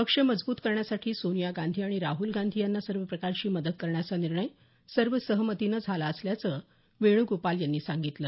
पक्ष मजबूत करण्यासाठी सोनिया गांधी आणि राहूल गांधी यांना सर्व प्रकारची मदत करण्याचा निर्णय सर्व सहमतीनं झाला असल्याचं वेणूगोपाल यांनी सांगितलं